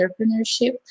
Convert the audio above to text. entrepreneurship